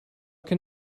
can